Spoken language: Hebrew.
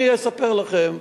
אני אספר לכם.